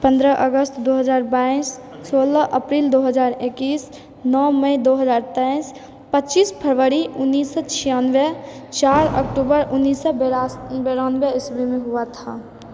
पन्द्रह अगस्त दू हजार बाइस सोलह अप्रील दू हजार एकैस नओ मई दू हजार तेइस पच्चीस फरवरी उन्नीस सए छियानवे चारि अक्टूबर उन्नीस सए बेरानबे ईस्वी मे हुआ था